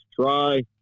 Try